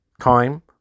time